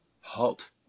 halt